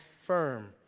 firm